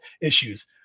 issues